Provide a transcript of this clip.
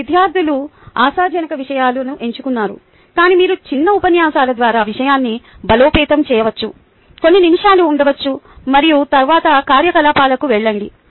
విద్యార్థులు ఆశాజనక విషయాలను ఎంచుకున్నారు కాని మీరు చిన్న ఉపన్యాసాల ద్వారా విషయాన్ని బలోపేతం చేయవచ్చు కొన్ని నిమిషాలు ఉండవచ్చు మరియు తరువాత కార్యకలాపాలకు వెళ్లండి